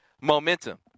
momentum